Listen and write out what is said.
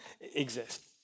exist